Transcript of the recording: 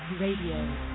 Radio